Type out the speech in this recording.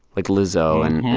like lizzo and,